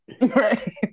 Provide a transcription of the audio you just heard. Right